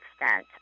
extent